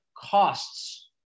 costs